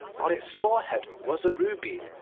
on its forehead was a ruby,